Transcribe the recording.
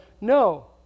no